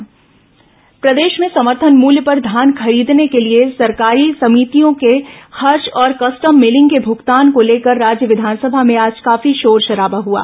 विस धान खरीदी प्रदेश में समर्थन मूल्य पर धान खरीदने के लिए सहकारी समितियों के खर्च और कस्टम मिलिंग के भूगतान को लेकर राज्य विधानसभा में आज काफी शोर शराबा हुआ